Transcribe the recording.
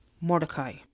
Mordecai